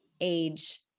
age